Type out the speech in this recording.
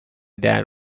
dad